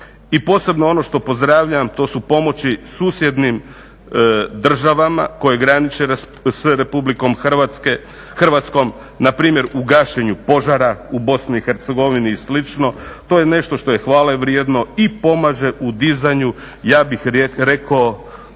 I posebno ono što pozdravljam, to su pomoći susjednim državama koje graniče sa RH, npr. u gašenju požara u BiH i slično. To je nešto što je hvale vrijedno i pomaže u dizanju, ja bih rekao